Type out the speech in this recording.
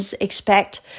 expect